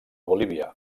bolívia